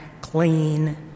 clean